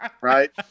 Right